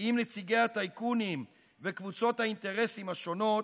עם נציגי הטייקונים וקבוצות האינטרסים השונות,